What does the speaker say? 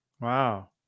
Wow